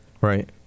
Right